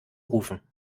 rufen